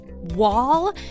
wall